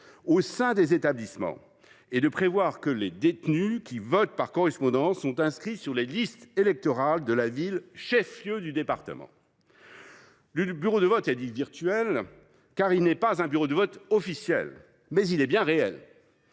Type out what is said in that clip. au sein des établissements pénitentiaires et de prévoir que les détenus qui votent par correspondance soient inscrits sur les listes électorales de la ville chef lieu du département. Le bureau de vote est dit virtuel, car il ne s’agit pas d’un bureau de vote officiel. Il est toutefois bien réel.